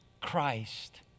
Christ